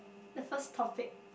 the first topic